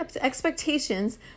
expectations